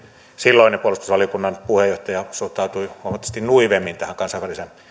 silloinen puolustusvaliokunnan puheenjohtaja suhtautui huomattavasti nuivemmin tähän kansainväliseen